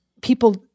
people